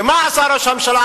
ומה עשה ראש הממשלה?